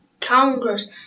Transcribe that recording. Congress